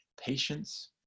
patience